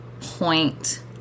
point